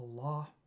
Allah